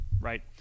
right